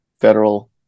federal